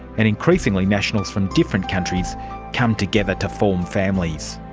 and increasingly nationals from different countries come together to form families.